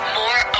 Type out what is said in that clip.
more